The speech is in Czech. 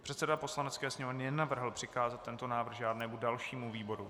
Předseda Poslanecké sněmovny nenavrhl přikázat tento návrh žádnému dalšímu výboru.